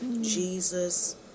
Jesus